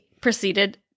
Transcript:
proceeded